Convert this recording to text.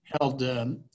held